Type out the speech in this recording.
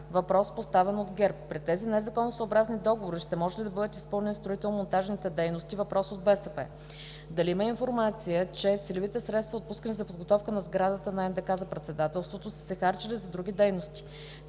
дейности в НДК (ГЕРБ); при тези незаконосъобразни договори ще може ли да бъдат изпълнени строително-монтажните дейности (БСП); дали има информация, че целевите средства, отпускани за подготовката на сградата на НДК за председателството, са се харчили за други дейности;